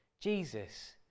Jesus